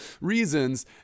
reasons